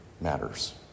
matters